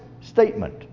statement